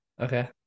okay